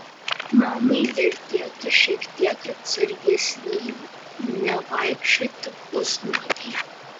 mamai vertėtų būti šiek tiek atsargesnei nevaikščioti pusnuogei